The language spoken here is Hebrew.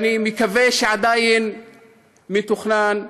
ואני מקווה שעדיין מתוכנן,